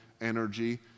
energy